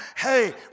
Hey